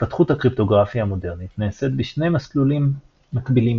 התפתחות הקריפטוגרפיה המודרנית נעשית בשני מסלולים מקבילים